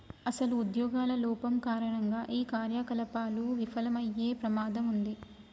అసలు ఉద్యోగుల లోపం కారణంగా ఈ కార్యకలాపాలు విఫలమయ్యే ప్రమాదం ఉంది